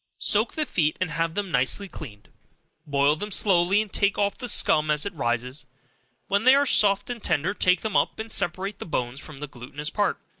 soak the feet and have them nicely cleaned boil them slowly, and take off the scum as it rises when they are soft and tender, take them up, and separate the bones from the glutinous part,